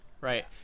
Right